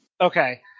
Okay